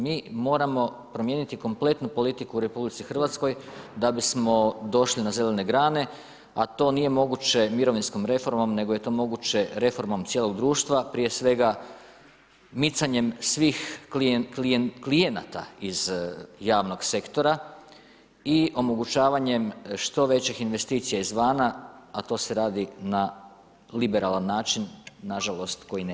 Mi moramo promijeniti kompletnu politiku u RH da bismo došli na zelene grane, a to nije moguće mirovinskom reformom, nego je to moguće reformom cijelog društva, prije svega micanjem svih klijenata iz javnog sektora i omogućavanjem što većih investicija iz vana, a to se radi na liberalni način nažalost koji nemamo.